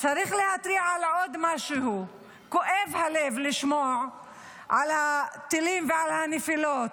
צריך להתריע על עוד משהו: כואב הלב לשמוע על הטילים ועל הנפילות,